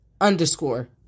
underscore